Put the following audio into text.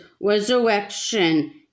resurrection